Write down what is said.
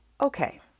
Okay